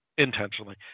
Intentionally